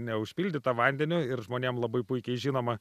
neužpildyta vandeniu ir žmonėm labai puikiai žinoma